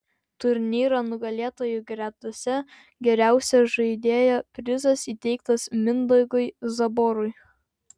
turnyro nugalėtojų gretose geriausio žaidėjo prizas įteiktas mindaugui zaborui